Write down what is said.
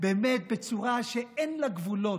באמת, בצורה שאין לה גבולות.